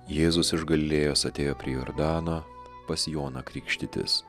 jėzus iš galilėjos atėjo prie jordano pas joną krikštytis